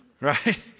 right